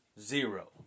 zero